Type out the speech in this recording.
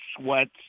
sweats